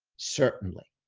certainly,